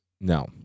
No